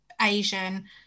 Asian